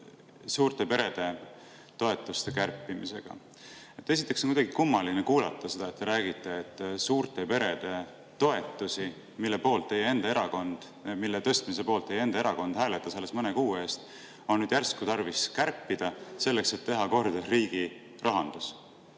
suurte perede toetuste kärpimisega. Esiteks on muidugi kummaline kuulata, et te räägite, et suurte perede toetusi, mille tõstmise poolt teie enda erakond hääletas alles mõne kuu eest, on nüüd järsku tarvis kärpida, selleks et teha korda riigi rahandus.